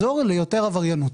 אזור ליותר עבריינות.